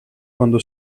quando